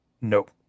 Nope